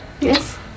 Yes